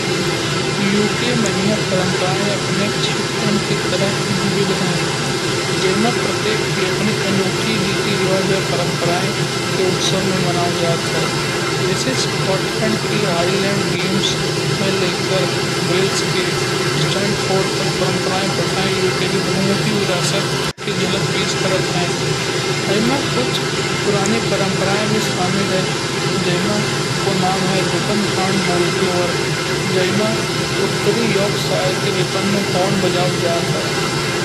यूके माहीया परंपरायें अपने क्षेत्रन की तरह ही विविध हैं। जै में प्रतीक की अपने अनूठी रीति रिवाज परंपरा के उत्सव में मनाओ जात है। जैसे स्कॉटलैंड की आयरलैंड गेम्स में लेकर। वेल्स के स्टैन्ड फोर तक परंपरायें प्रथायें यूके के मुख्य विरासत की झलक पेश करत है। जै मा कुछ पुरानी परंपरायें भी शामिल है। जै मा को नाम है रिबेन हार्द बॉन्पलोवर। जै मा उत्तरी रोक सैवा हॉर्न बजाय जात है।